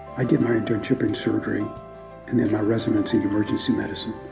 i did my internship in surgery and then my residency in emergency medicine,